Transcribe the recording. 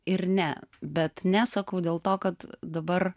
ir ne bet ne sakau dėl to kad dabar